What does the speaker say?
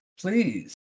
Please